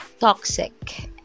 toxic